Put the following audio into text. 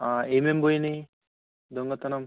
ఏమేమి పోయినాయి దొంగతనం